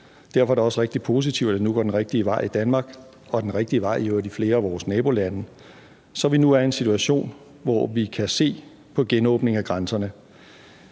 Derfor er det også rigtig positivt, at det nu går den rigtige vej i Danmark og den rigtige vej i øvrigt i flere af vores nabolande, så vi nu er i en situation, hvor vi kan se på genåbning af grænserne.